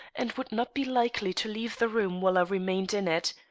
and would not be likely to leave the room while i remained in it.